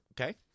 Okay